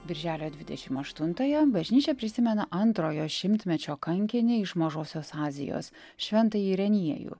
birželio dvidešim aštuntąją bažnyčia prisimena antrojo šimtmečio kankinį iš mažosios azijos šventąjį reniejų